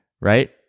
right